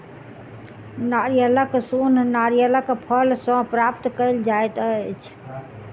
नारियलक सोन नारियलक फल सॅ प्राप्त कयल जाइत अछि